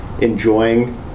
enjoying